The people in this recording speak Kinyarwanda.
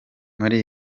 muri